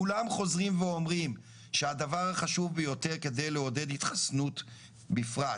כולם חוזרים ואומרים שהדבר החשוב ביותר כדי לעודד התחסנות בפרט,